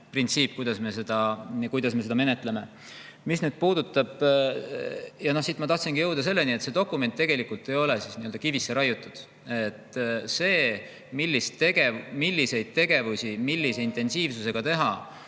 kuidas me seda menetleme. Ja ma tahtsingi jõuda selleni, et see dokument tegelikult ei ole nii-öelda kivisse raiutud. See, milliseid tegevusi millise intensiivsusega teha,